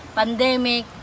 pandemic